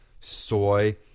soy